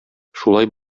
шулай